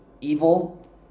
evil